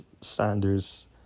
Sanders